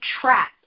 trap